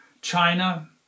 China